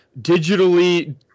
digitally